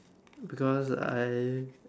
because I